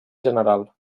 general